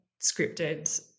scripted